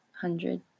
hundred